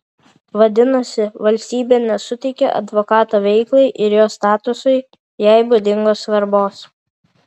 vadinasi valstybė nesuteikia advokato veiklai ir jo statusui jai būdingos svarbos